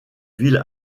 ville